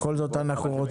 בכל זאת אנחנו רוצים.